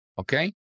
Okay